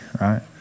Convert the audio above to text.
right